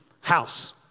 house